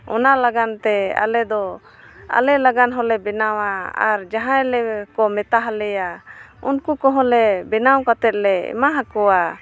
ᱚᱱᱟ ᱞᱟᱹᱜᱤᱫᱛᱮ ᱟᱞᱮᱫᱚ ᱟᱞᱮ ᱞᱟᱜᱟᱫ ᱦᱚᱸᱞᱮ ᱵᱮᱱᱟᱣᱟ ᱟᱨ ᱡᱟᱦᱟᱸᱭ ᱞᱮ ᱠᱚ ᱢᱮᱛᱟᱞᱮᱭᱟ ᱩᱱᱠᱩ ᱠᱚᱦᱚᱸᱞᱮ ᱵᱮᱱᱟᱣ ᱠᱟᱛᱮᱫ ᱞᱮ ᱮᱢᱟᱣ ᱠᱚᱣᱟ